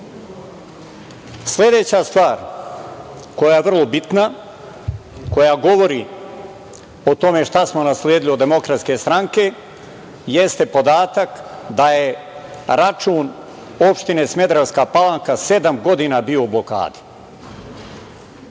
mraku. Sledeća stvar koja je vrlo bitna, koja govori o tome šta smo nasledili od DS, jeste podatak da je račun opštine Smederevska Palanka sedam godina bio u blokadi.